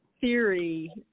theory